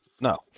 No